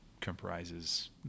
comprises